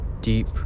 deep